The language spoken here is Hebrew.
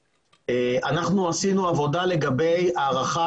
עשינו עבודה לגבי הערכת